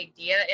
idea